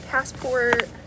Passport